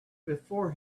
before